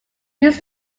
used